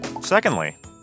Secondly